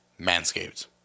Manscaped